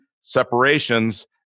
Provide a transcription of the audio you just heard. separations